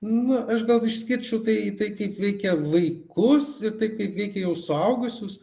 na aš gal išskirčiau tai tai kaip veikia vaikus ir tai kaip veikia jau suaugusius